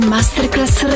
Masterclass